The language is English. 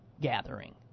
gathering